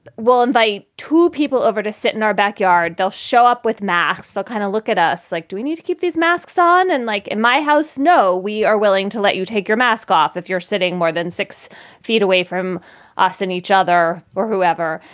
we'll invite two people over to sit in our backyard. they'll show up with math. they kind of look at us like, do we need to keep these masks on? and like in my house? no, we are willing to let you take your mask off if you're sitting more than six feet away from us and each other or whoever.